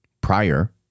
prior